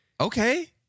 Okay